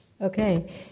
Okay